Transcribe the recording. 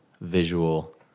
visual